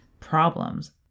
problems